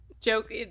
joke